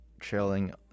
trailing